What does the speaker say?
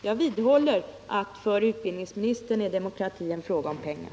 Jag vidhåller att för utbildningsministern är demokrati en fråga om pengar.